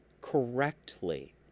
correctly